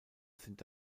sind